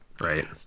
right